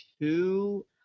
two